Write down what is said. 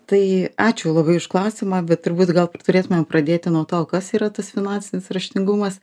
tai ačiū labai už klausimą bet turbūt gal turėtumėm pradėti nuo to kas yra tas finansinis raštingumas